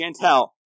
Chantel